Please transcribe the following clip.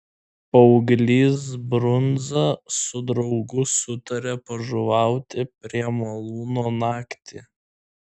paauglys brundza su draugu sutarė pažuvauti prie malūno naktį